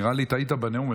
נראה לי שטעית בנאום.